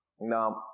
Now